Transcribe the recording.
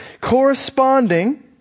corresponding